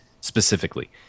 specifically